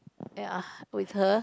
ya with her